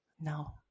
No